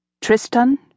Tristan